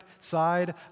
side